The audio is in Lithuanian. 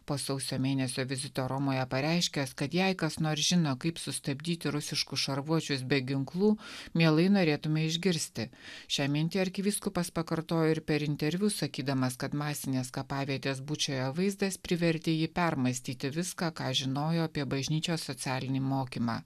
po sausio mėnesio vizito romoje pareiškęs kad jei kas nors žino kaip sustabdyti rusiškus šarvuočius be ginklų mielai norėtume išgirsti šią mintį arkivyskupas pakartojo ir per interviu sakydamas kad masinės kapavietės bučioje vaizdas privertė jį permąstyti viską ką žinojo apie bažnyčios socialinį mokymą